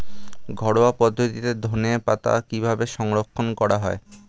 ঘরোয়া পদ্ধতিতে ধনেপাতা কিভাবে সংরক্ষণ করা হয়?